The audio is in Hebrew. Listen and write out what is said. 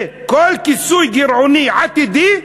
וכל כיסוי גירעוני עתידי,